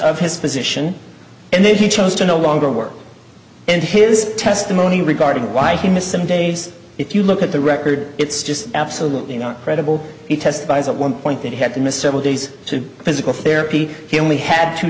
of his position and then he chose to no longer work and his testimony regarding why he missed some days if you look at the record it's just absolutely not credible he testifies at one point that had missed several days to physical therapy he only had two